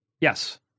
Yes